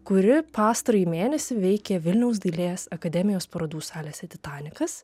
kuri pastarąjį mėnesį veikė vilniaus dailės akademijos parodų salėse titanikas